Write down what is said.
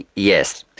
yes.